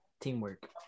Teamwork